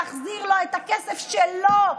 להחזיר לו את הכסף שלו,